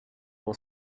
will